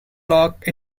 block